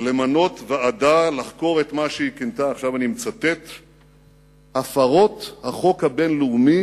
למנות ועדה לחקור את מה שהיא כינתה: "הפרות החוק הבין-לאומי